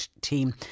team